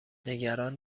نگران